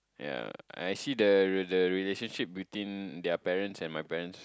ya I see the the relationship between their parents and my parents